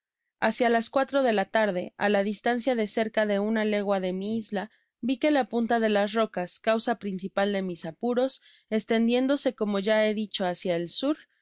hácia las cuatro de la tarde á la distancia de cerca de una legua de mi isla vi que la punta de las rocas causa principal de mis apuros estendiéndose como ya he dicho hácia el sur y